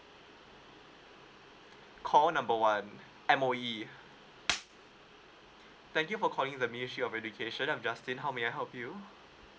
call number one M_O_E thank you for calling the ministry of education I'm justin how may I help you